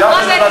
לקרוא את ההסבר,